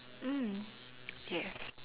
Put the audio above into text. mm ya